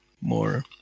more